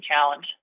challenge